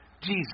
Jesus